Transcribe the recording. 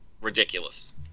ridiculous